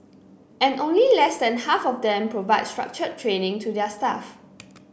and only less than half of them provide structured training to their staff